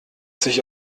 sich